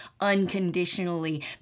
unconditionally